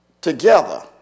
together